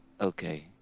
Okay